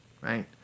right